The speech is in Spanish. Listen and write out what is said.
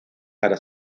para